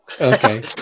Okay